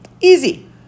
Easy